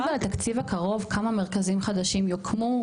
--- יודעים בתקציב הקרוב כמה מרכזים חדשים יוקמו,